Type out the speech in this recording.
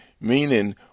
meaning